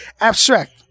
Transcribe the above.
Abstract